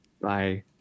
Bye